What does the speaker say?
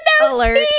alert